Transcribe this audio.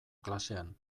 klasean